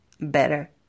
better